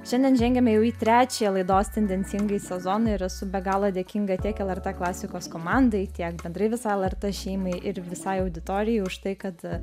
šiandien žengiam jau į trečią laidos tendencingai sezoną ir esu be galo dėkinga tiek lrt klasikos komandai tiek bendrai visai lrt šeimai ir visai auditorijai už tai kad